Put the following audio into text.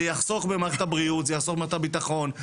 זה יחסוך במערכת הבריאות, זה יחסוך במערכת הבטחון.